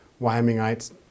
Wyomingites